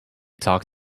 talk